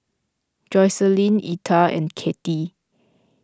Jocelyne Etta and Kittie